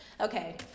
Okay